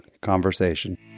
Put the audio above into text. conversation